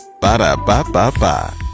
Ba-da-ba-ba-ba